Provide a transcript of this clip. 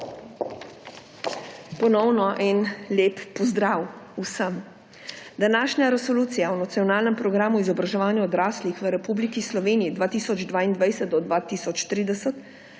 Ponovno en lep pozdrav vsem! Današnja resolucija o nacionalnem programu izobraževanja odraslih v Republiki Sloveniji 2022−2030